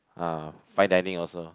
uh fine dining also